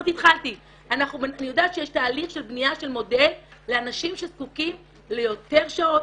אני יודעת שיש תהליך של בנייה של מודל לאנשים שזקוקים ליותר שעות,